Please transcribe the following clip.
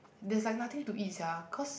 there's like nothing to eat sia cause